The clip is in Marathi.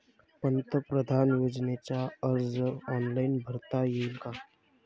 पंतप्रधान योजनेचा अर्ज ऑनलाईन करता येईन का?